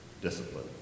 discipline